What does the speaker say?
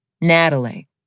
Natalie